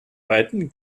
beiden